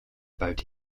about